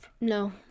No